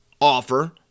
offer